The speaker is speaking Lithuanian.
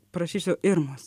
prašysiu irmos